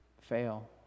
fail